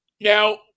now